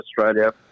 Australia